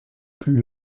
plus